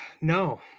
No